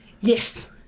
Yes